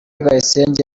bayisenge